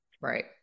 right